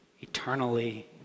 eternally